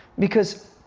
because